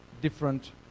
different